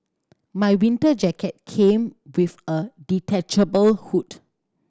my winter jacket came with a detachable hood